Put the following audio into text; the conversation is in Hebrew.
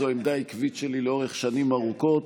זו עמדה עקבית שלי לאורך שנים ארוכות.